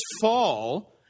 fall